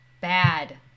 bad